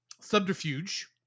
subterfuge